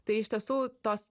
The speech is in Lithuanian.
tai iš tiesų tos